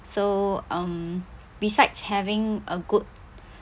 so um besides having a good